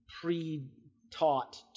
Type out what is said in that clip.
pre-taught